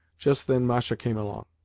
just then masha came along.